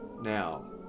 now